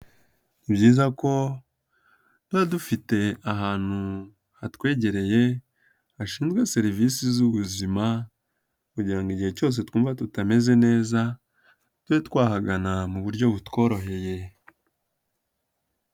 Ni byiza ko tuba dufite ahantu hatwegereye hashinzwe serivisi z'ubuzima kugira ngo igihe cyose twumva tutameze neza tube twahagana mu buryo butworoheye.